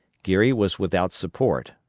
geary was without support,